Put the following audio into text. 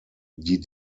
die